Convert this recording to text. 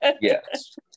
Yes